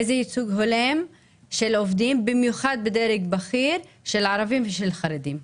איזה ייצוג הולם של עובדים במיוחד בדרג בכיר של ערבים ושל חרדים?